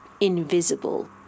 invisible